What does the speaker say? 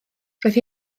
roedd